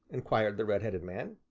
inquired the red-headed man.